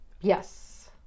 Yes